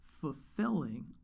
fulfilling